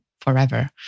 forever